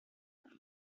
анын